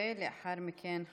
ולאחר מכן,